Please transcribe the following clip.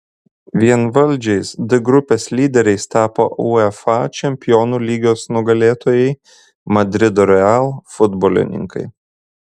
vienvaldžiais d grupės lyderiais tapo uefa čempionų lygos nugalėtojai madrido real futbolininkai